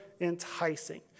enticing